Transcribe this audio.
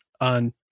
on